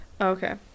Okay